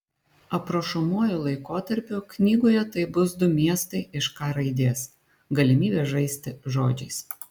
aprašomuoju laikotarpiu knygoje tai bus du miestai iš k raidės galimybė žaisti žodžiais